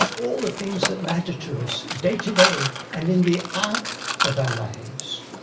all the things that matter to us day to day and in the arc of our lives